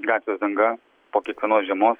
gatvės danga po kiekvienos žiemo